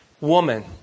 woman